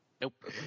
Nope